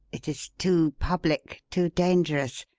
it is too public, too dangerous.